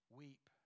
weep